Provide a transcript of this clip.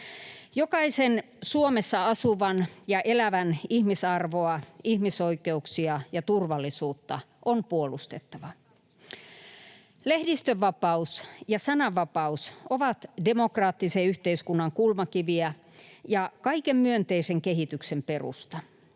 Jokaisen Suomessa asuvan ja elävän ihmisarvoa, ihmisoikeuksia ja turvallisuutta on puolustettava. Lehdistönvapaus ja sananvapaus ovat demokraattisen yhteiskunnan kulmakiviä ja kaiken myönteisen kehityksen perusta.